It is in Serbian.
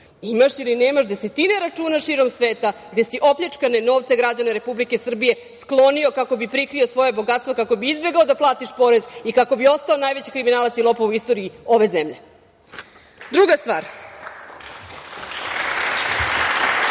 Imaš ili nemaš desetina računa širom sveta, gde si opljačkane novce građana Republike Srbije sklonio kako bi prikrio svoje bogatstvo, kako bi izbegao da platiš porez i kako bi ostao najveći kriminalac i lopov u istoriji ove zemlje? Druga stvar,